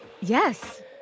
Yes